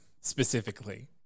specifically